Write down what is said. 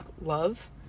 love